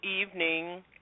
evening